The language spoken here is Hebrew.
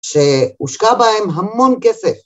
‫שהושקע בהם המון כסף.